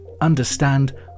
understand